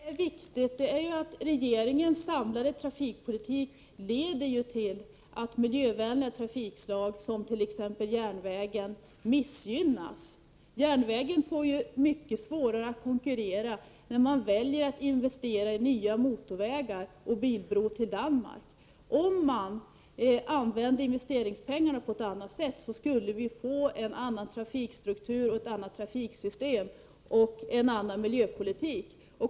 Herr talman! Det jag tycker är viktigt är att regeringens samlade trafikpolitik leder till att miljövänliga trafikslag som t.ex. järnvägen missgynnas. Järnvägen får mycket svårare att konkurrera när man väljer att investera i nya motorvägar och bilbro till Danmark. Om man använde investeringspengarna på ett annat sätt skulle vi få en annan trafikstruktur och ett annat trafiksystem och även en annan miljöpolitik.